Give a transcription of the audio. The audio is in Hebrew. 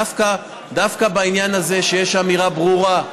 דווקא בעניין הזה יש אמירה ברורה,